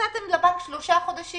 נתתם לבנק שלושה חודשים,